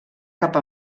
cap